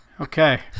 Okay